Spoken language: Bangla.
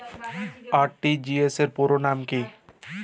আর.টি.জি.এস পুরো নাম কি?